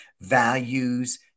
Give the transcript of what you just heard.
values